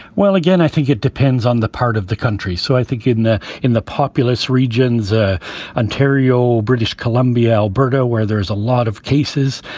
well, again, i think it depends on the part of the country. so i think in the in the populous regions. ah ontario, british columbia, alberta, where there is a lot of cases,